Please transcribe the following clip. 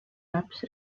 laps